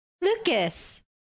Lucas